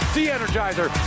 De-Energizer